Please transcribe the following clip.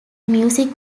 music